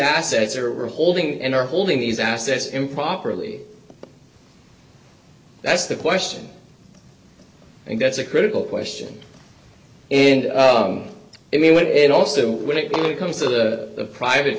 assets or are holding and are holding these assets improperly that's the question and that's a critical question in any way and also when it comes to the private